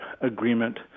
agreement